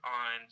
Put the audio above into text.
on